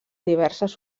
diverses